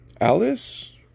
Alice